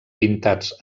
pintats